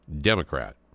Democrat